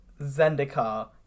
Zendikar